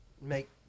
make